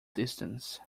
distance